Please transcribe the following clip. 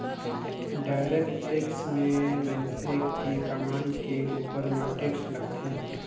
direct tax में मइनसे के कमई के उपर म टेक्स लगथे